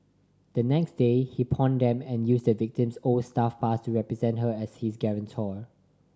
the next day he pawned them and used the victim's old staff pass to represent her as his guarantor